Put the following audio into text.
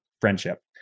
friendship